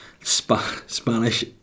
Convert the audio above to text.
spanish